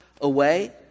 away